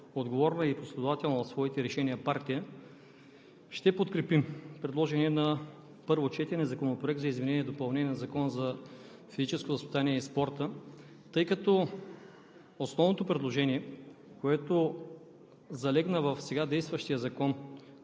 Уважаеми колеги народни представители! Ние от ДПС, като отговорна и последователна на своите решения партия, ще подкрепим предложения на първо четене Законопроект за изменение и допълнение на Закона за физическото възпитание и спорта, тъй като